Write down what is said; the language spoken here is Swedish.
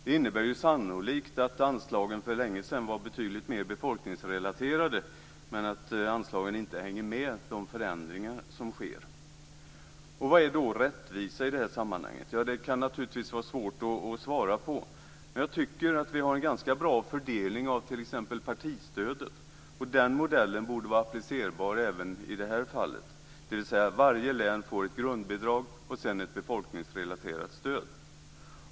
Det innebär sannolikt att anslagen för länge sedan var betydligt mer befolkningsrelaterade men att anslagen inte hänger med de förändringar som sker. Vad är då rättvisa i det här sammanhanget? Det kan naturligtvis vara svårt att svara på, men jag tycker att vi har en ganska bra fördelning av t.ex. partistödet. Den modellen borde vara applicerbar även i det här fallet, dvs. att varje län får ett grundbidrag och sedan ett befolkningsrelaterat stöd.